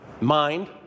mind